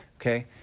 Okay